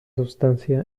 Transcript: sustancia